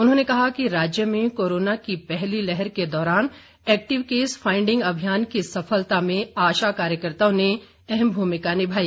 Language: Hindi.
उन्होंने कहा कि राज्य में कोरोना की पहली लहर के दौरान एक्टिव केस फाइंडिंग अभियान की सफलता में आशा कार्यकर्ताओं ने अहम भूमिका निभाई